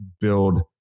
build